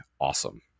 awesome